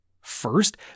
First